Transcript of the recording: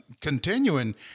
continuing